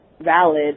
valid